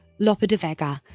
lope de vega,